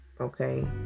Okay